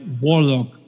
warlock